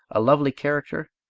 a lovely character,